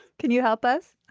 can you help us